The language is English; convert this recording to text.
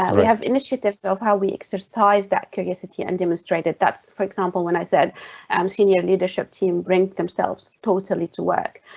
we have initiatives of how we exercise that curiosity and demonstrated. that's for example when i said um senior leadership team brings themselves totally to work.